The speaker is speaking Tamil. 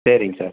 சரிங்க சார்